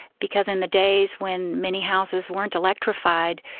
because in the days when many houses weren't electrified,